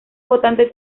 votante